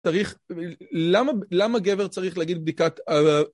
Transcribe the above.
צריך למה למה גבר צריך להגיד בדיקת